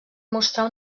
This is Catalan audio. mostrar